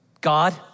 God